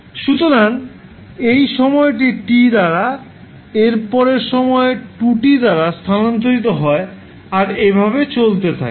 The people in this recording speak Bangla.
সুতরাং এই সময়টি T দ্বারা এরপর সময় 2T দ্বারা স্থানান্তরিত হয় আর এভাবে চলতে থাকে